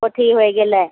पोठही होइ गेलै